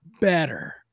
better